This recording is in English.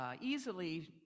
easily